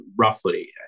roughly